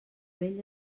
vell